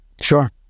Sure